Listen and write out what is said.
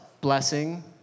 Blessing